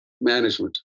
management